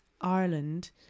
ireland